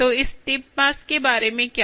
तो इस टिप मास के बारे में क्या